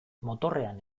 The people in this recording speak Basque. motorrean